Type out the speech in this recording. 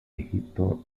egipto